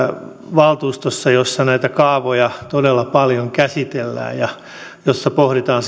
valtuustossa jossa näitä kaavoja todella paljon käsitellään ja jossa pohditaan